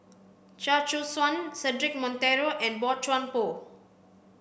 Chia Choo Suan Cedric Monteiro and Boey Chuan Poh